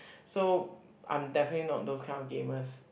so I'm definitely not those kind of gamers